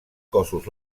cossos